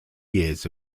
years